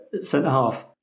centre-half